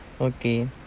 Okay